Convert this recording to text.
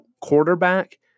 quarterback